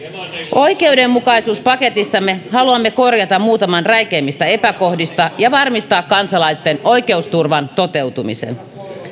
oikeudenmukaisuuspaketissamme haluamme korjata muutaman räikeimmistä epäkohdista ja varmistaa kansalaisten oikeusturvan toteutumisen